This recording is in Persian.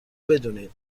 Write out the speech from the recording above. بدونین